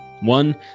One